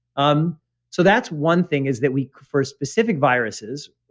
um so that's one thing is that we for specific viruses,